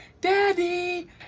Daddy